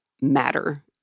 matter